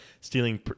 stealing